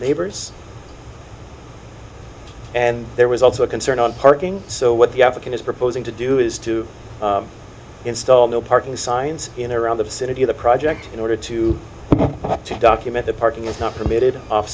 neighbors and there was also a concern on parking so what the african is proposing to do is to install no parking signs in around the vicinity of the project in order to document the parking is not permitted off